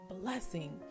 blessing